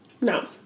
No